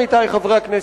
עמיתי חברי הכנסת,